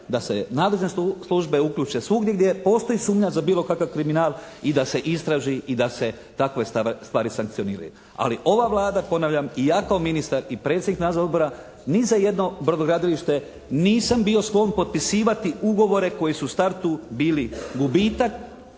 da se nadležne službe uključe svugdje gdje postoji sumnja za bilo kakav kriminal i da se istraži i da se takve stvari sankcioniraju. Ali ova Vlada ponavljam i ja kao ministar i kao predsjednik nadzornog odbora ni za jedno brodogradilište nisam bio sklon potpisivati ugovore koji su u startu bili gubitak.